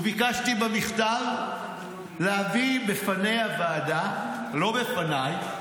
ובמכתב ביקשתי להביא בפני הוועדה, לא בפניי,